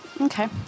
Okay